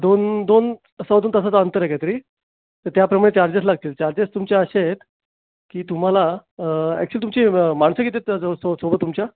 दोन दोन सव्वादोन तासाचं अंतर आहे काहीतरी तर त्याप्रमाणे चार्जेस लागतील चार्जेस तुमचे असे आहेत की तुम्हाला ॲच्युअली तुमची माणसं किती आहेत सो सो सोबत तुमच्या